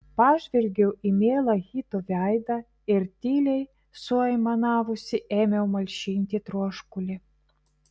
pažvelgiau į mielą hito veidą ir tyliai suaimanavusi ėmiau malšinti troškulį